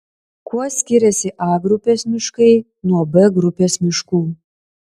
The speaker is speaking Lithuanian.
kuo skiriasi a grupės miškai nuo b grupės miškų